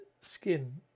skin